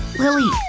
lilly!